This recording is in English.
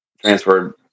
transferred